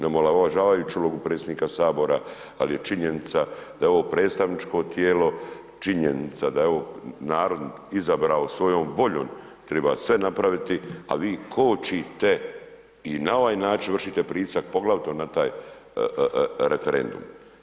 Da omalovažavajuću ulogu predsjednika Sabora, ali je činjenica da je ovo predstavničko tijelo, činjenica da je ovo narod izabrao svojom voljom, treba sve napraviti, a vi kočite i na ovaj način vršite pritisak, poglavito na taj referendum.